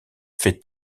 fait